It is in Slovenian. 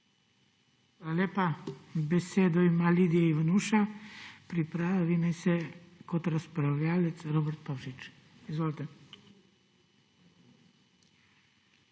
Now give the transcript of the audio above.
Hvala lepa. Besedo ima Lidija Ivanuša, pripravi naj se kot razpravljavec Robert Pavšič. Izvolite.